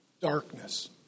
darkness